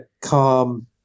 calm